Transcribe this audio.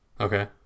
Okay